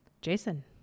Jason